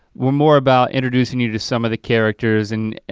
were more about introducing you to some of the characters and